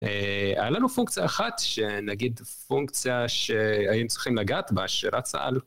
היה לנו פונקציה אחת, שנגיד פונקציה שהיינו צריכים לגעת בה, שרצה על.